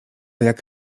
jak